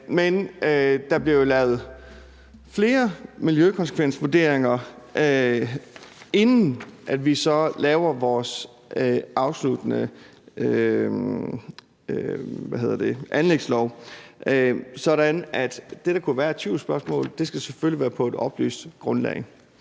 Men der bliver jo lavet flere miljøkonsekvensvurderinger, inden vi så laver vores afsluttende anlægslov, sådan at det, der kunne være i forhold til tvivlsspørgsmål, selvfølgelig skal være på et oplyst grundlag.